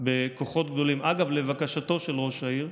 בכוחות גדולים, אגב, לבקשתו של ראש העיר.